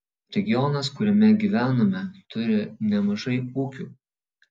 regionas kuriame gyvename turi nemažai ūkių